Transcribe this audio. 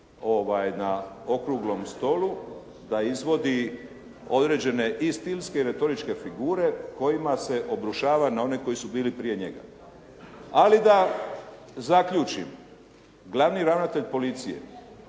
na okruglom stolu, da izvodi određene istinske i retoričke figure kojima se obrušava na one koji su bili prije njega. Ali da zaključim. Glavni ravnatelj policije